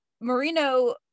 Marino